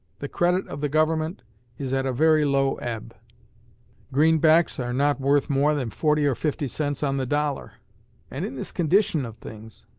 the credit of the government is at a very low ebb greenbacks are not worth more than forty or fifty cents on the dollar and in this condition of things,